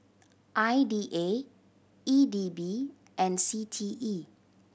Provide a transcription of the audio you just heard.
I D A E D B and C T E